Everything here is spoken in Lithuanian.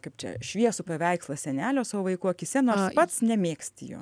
kaip čia šviesų paveikslą senelio savo vaikų akyse nors pats nemėgsti jo